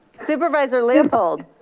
supervisor leopold.